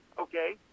Okay